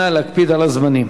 נא להקפיד על הזמנים.